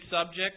subject